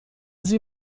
sie